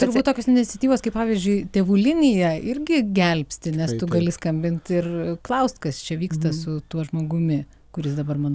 turbūt tokios iniciatyvos kaip pavyzdžiui tėvų linija irgi gelbsti nes tu gali skambint ir klaust kas čia vyksta su tuo žmogumi kuris dabar mano